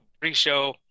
pre-show